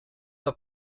der